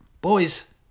Boys